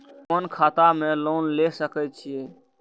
कोन खाता में लोन ले सके छिये?